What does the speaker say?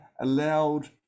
allowed